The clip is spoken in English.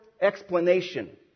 explanation